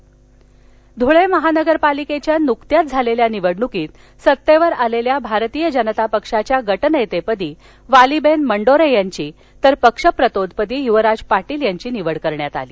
धळे म न पा गटनेतेपद धूळे महानगरपालिकेच्या नुकत्याच झालेल्या निवडणुकीत सत्तेवर आलेल्या भारतीय जनता पक्षाच्या गटनेतेपदी वालीबेन मंडोरे यांची तर पक्षप्रतोदपदी युवराज पाटील यांची निवड करण्यात आली